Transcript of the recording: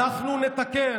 אתם הזנחתם, אנחנו נתקן.